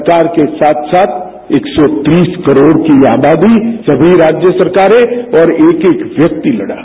सरकार के साथ साथ एक सौ तीस करोड़ की यह आबादी सभी राज्य सरकारें और एक एक व्यक्ति लड़ा है